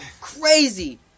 Crazy